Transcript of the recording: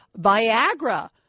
viagra